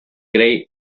grey